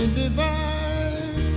divine